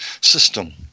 system